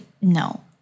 no